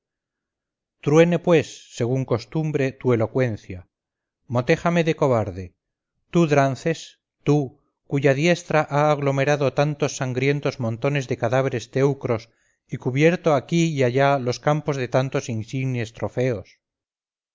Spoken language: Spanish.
truene pues según costumbre tu elocuencia motéjame de cobarde tú drances tú cuya diestra ha aglomerado tantos sangrientos montones de cadáveres teucros y cubierto aquí y allí los campos de tantos insignes trofeos